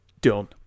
done